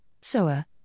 SOA